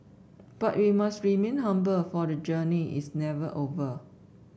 but we must remain humble for the journey is never over